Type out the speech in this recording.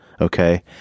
okay